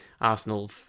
Arsenal